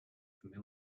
familiar